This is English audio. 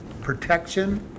protection